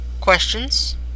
questions